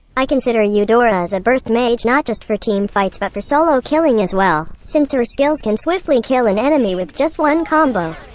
i consider eudora as a burst mage not just for team fights but for solo killing as well, since her skills can swiftly kill an enemy with just one combo.